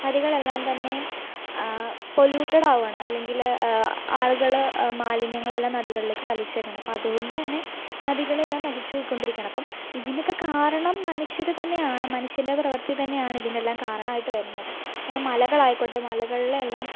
നദികളെല്ലാം തന്നെ പൊലൂട്ടഡ് ആവുകയാണ് അല്ലെങ്കിൽ ആളുകൾ മാലിന്യങ്ങളെല്ലാം നദികളിലേക്ക് വലിച്ചെറിയുകയാണ് അപ്പം അതുകൊണ്ട് തന്നെ നദികളെല്ലാം നശിച്ചു പൊയിക്കൊണ്ടിരിക്കുകയാണ് അപ്പം ഇതിനൊക്കെ കാരണം മനുഷ്യർ തന്നെയാണ് മനുഷ്യൻ്റെ പ്രവൃത്തി തന്നെയാണ് ഇതിനെല്ലാം കാരണമായിട്ട് വരുന്നത് പിന്നെ മലകളായിക്കോട്ടെ മലകളിലെ എല്ലാം